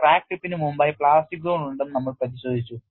crack ടിപ്പിന് മുമ്പായി plastic zone ഉണ്ടെന്ന് നമ്മൾ പരിശോധിച്ചു